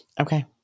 okay